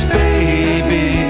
baby